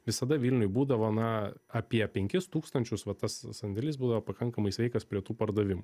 visada vilniuj būdavo na apie penkis tūkstančius va tas sandėlis buvo pakankamai sveikas prie tų pardavimų